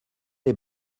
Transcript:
les